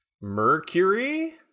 mercury